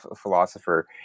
philosopher